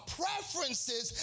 preferences